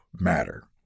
matter